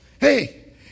hey